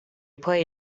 play